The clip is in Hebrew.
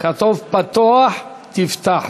כתוב: "פתֹח תפתח".